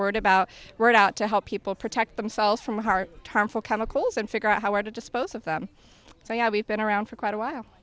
word about right out to help people protect themselves from heart harmful chemicals and figure out how to dispose of them so you know we've been around for quite a while